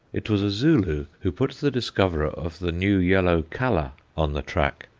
it was a zulu who put the discoverer of the new yellow calla on the track.